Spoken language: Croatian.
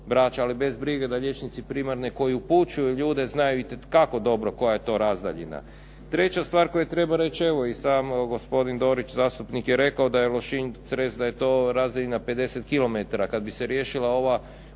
ali bez brige. Da liječnici primarne koji upućuju ljude znaju itekako dobro koja je to razdaljina. Treća stvar koju treba reći, evo i sam gospodin Dorić zastupnik je rekao da je Lošinj, Cres, da je to razdaljina 50 kilometara. Kad bi se riješila ova